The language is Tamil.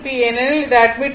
ஏனெனில் இது அட்மிட்டன்ஸ்